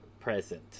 present